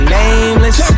nameless